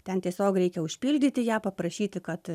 ten tiesiog reikia užpildyti ją paprašyti kad